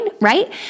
right